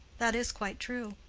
that is quite true.